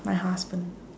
my husband